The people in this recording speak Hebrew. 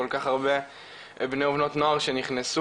כל כך הרבה בני ובנות נוער שנכנסו,